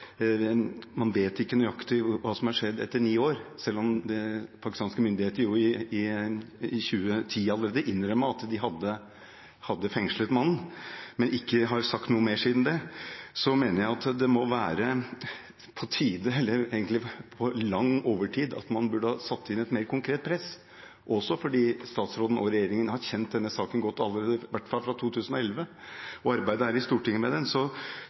man ikke vet nøyaktig hva som har skjedd, selv om pakistanske myndigheter allerede i 2010 innrømmet at de hadde fengslet mannen, men ikke har sagt noe mer siden det, mener jeg at det må være på tide, eller egentlig langt på overtid, at man setter inn et mer konkret press, også fordi utenriksministeren og regjeringen har kjent til denne saken godt – i hvert fall fra 2011 – og kjent til arbeidet her i Stortinget med den.